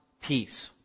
peace